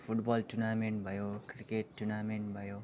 football tournament भयो cricket tournament भयो